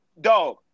Dog